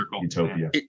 Utopia